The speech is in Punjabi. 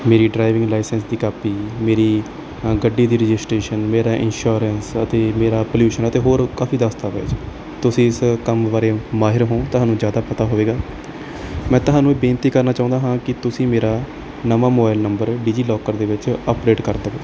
ਮੇਰੀ ਡਰਾਈਵਿੰਗ ਲਾਈਸੈਂਸ ਦੀ ਕਾਪੀ ਮੇਰੀ ਗੱਡੀ ਦੀ ਰਜਿਸਟਰੇਸ਼ਨ ਮੇਰਾ ਇਨਸ਼ੋਰੈਂਸ ਆ ਅਤੇ ਮੇਰਾ ਪੋਲਿਊਸ਼ਨ ਦਾ ਅਤੇ ਹੋਰ ਕਾਫੀ ਦਸਤਾਵੇਜ਼ ਤੁਸੀਂ ਇਸ ਕੰਮ ਬਾਰੇ ਮਾਹਿਰ ਹੋ ਤੁਹਾਨੂੰ ਜ਼ਿਆਦਾ ਪਤਾ ਹੋਵੇਗਾ ਮੈਂ ਤੁਹਾਨੂੰ ਇਹ ਬੇਨਤੀ ਕਰਨਾ ਚਾਹੁੰਦਾ ਹਾਂ ਕਿ ਤੁਸੀਂ ਮੇਰਾ ਨਵਾਂ ਮੋਬਾਈਲ ਨੰਬਰ ਡੀਜੀ ਲੋਕਰ ਦੇ ਵਿੱਚ ਅਪਡੇਟ ਕਰ ਦਿਓ